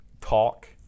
talk